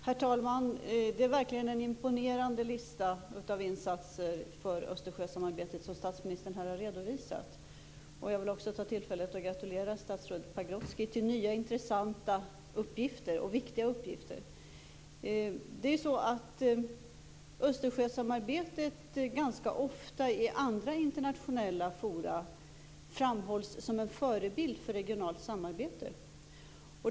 Herr talman! Det är verkligen en imponerande lista av insatser för Östersjösamarbetet som statsministern här har redovisat. Jag vill också ta tillfället i akt att gratulera statsrådet Pagrotsky till nya intressanta och viktiga uppgifter. Östersjösamarbetet framhålls ganska ofta i andra internationella forum som en förebild för regionalt samarbete.